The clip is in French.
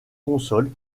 console